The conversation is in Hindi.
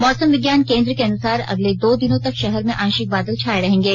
मौसम विज्ञान केन्द्र के अनुसार अगले दो दिनों तक शहर में आंसिक बादल छाए रहेंगे